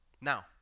Now